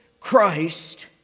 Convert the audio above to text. Christ